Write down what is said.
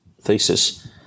thesis